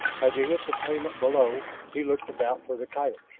as he hit the pavement below he looked about for the coyotes.